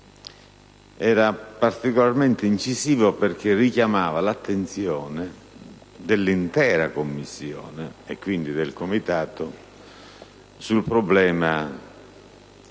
particolarmente incisivo, ha richiamato l'attenzione dell'intera Commissione, e quindi del VI Comitato, sul problema del